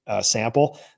sample